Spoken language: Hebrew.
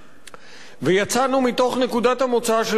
יצאנו מתוך נקודת המוצא של מה שלמדנו,